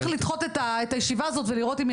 צריך לדחות את הישיבה הזאת ולראות אם היא